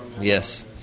Yes